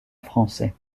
français